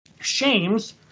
shames